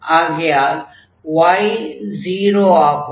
ஆகையால் y 0 ஆகும்